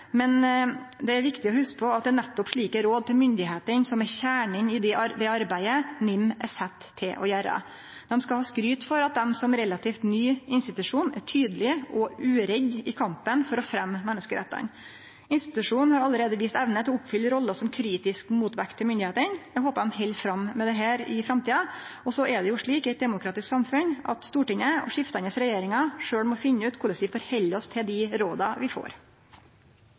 men det er viktig å hugse på at det er nettopp slike råd til myndigheitene som er kjernen i det arbeidet NIM er sett til å gjere. Dei skal ha skryt for at dei som relativt ny institusjon er tydelege og uredde i kampen for å fremje menneskerettane. Institusjonen har allereie vist evne til å oppfylle rolla som kritisk motvekt til myndigheitene. Eg håper dei held fram med dette i framtida. I eit demokratisk samfunn må Stortinget og skiftande regjeringar sjølve finne ut korleis vi stiller oss til råda vi får.